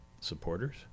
supporters